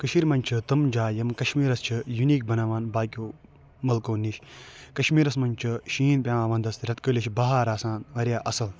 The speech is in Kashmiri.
کٔشیٖرِ منٛز چھِ تِم جایہِ یِم کَشمیٖرَس چھِ یوٗنیٖک بناوان باقِیَو مُلکو نِش کَشمیٖرَس منٛز چھِ شیٖن پٮ۪وان وَنٛدَس رٮ۪تہٕ کٲلِس چھِ بہار آسان واریاہ اَصٕل